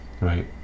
Right